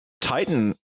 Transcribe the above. Titan